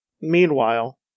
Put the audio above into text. meanwhile